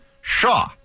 Shaw